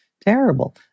terrible